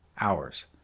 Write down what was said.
hours